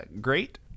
great